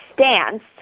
stance